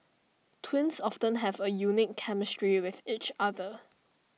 twins often have A unique chemistry with each other